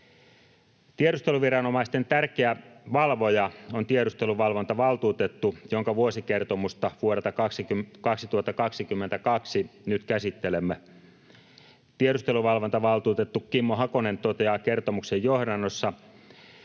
Tiedusteluviranomaisten tärkeä valvoja on tiedusteluvalvontavaltuutettu, jonka vuosikertomusta vuodelta 2022 nyt käsittelemme. Tiedusteluvalvontavaltuutettu Kimmo Hakonen toteaa kertomuksen johdannossa: